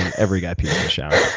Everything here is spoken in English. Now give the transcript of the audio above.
every guy pees in the shower.